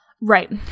right